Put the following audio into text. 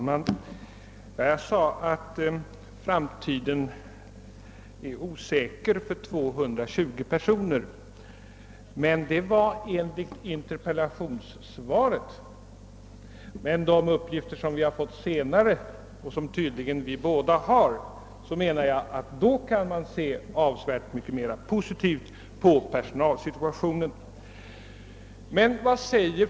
Herr talman! Jag sade att framtiden är osäker för 220 personer enligt interpellationssvaret, men uppgifter som vi tydligen båda har fått senare gör att man kan se avsevärt mycket mera positivt på personalsituationen.